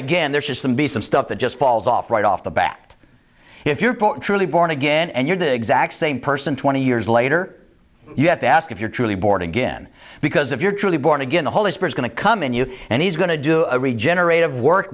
again there has to be some stuff that just falls off right off the bat if you're truly born again and you're the exact same person twenty years later you have to ask if you're truly born again because if you're truly born again the holy spirit going to come in you and he's going to do a regenerate of work